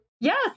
Yes